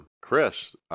Chris